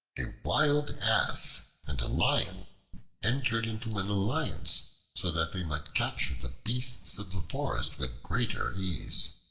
a wild ass and a lion entered into an alliance so that they might capture the beasts of the forest with greater ease.